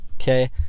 okay